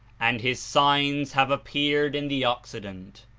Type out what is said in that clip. and his signs have appeared in the occident.